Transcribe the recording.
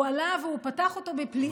הוא עלה והוא פתח אותו בפליאה מאוד גדולה,